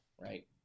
right